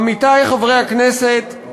עמיתי חברי הכנסת,